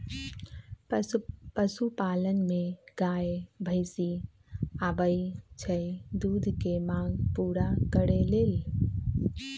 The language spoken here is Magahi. पशुपालन में गाय भइसी आबइ छइ दूध के मांग पुरा करे लेल